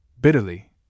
bitterly